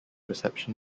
reception